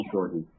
Jordan